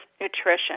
Nutrition